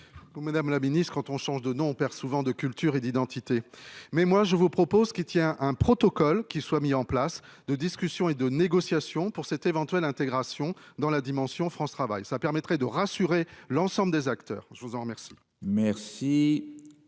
Madame la Ministre quand on change de nom perd souvent de cultures et d'identités. Mais moi je vous propose, qui tient un protocole qui soit mis en place, de discussions et de négociations pour cette éventuelle intégration dans la dimension France travail ça permettrait de rassurer l'ensemble des acteurs. Je vous en remercie.